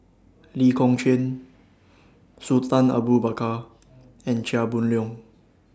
Lee Kong Chian Sultan Abu Bakar and Chia Boon Leong